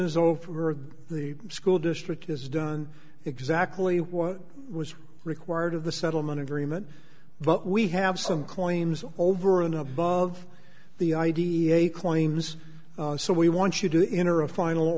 is over or the school district has done exactly what was required of the settlement agreement but we have some claims over and above the ideate claims so we want you to enter a final